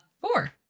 Four